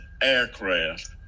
aircraft